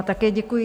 Také děkuji.